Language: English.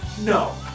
no